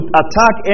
attack